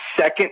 second